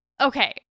okay